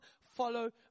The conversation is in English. follow